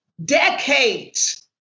decades